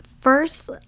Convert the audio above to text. first